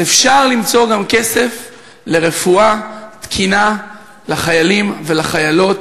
אז אפשר למצוא גם כסף לרפואה תקינה לחיילים ולחיילות,